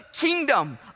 kingdom